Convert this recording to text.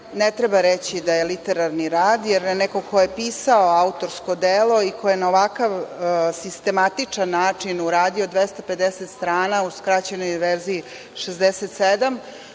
ne treba reći da je literalni rad, jer neko ko je pisao autorsko delo i ko je na ovakav sistematični način uradio 250 strana, u skraćenoj verziji 67,